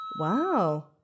Wow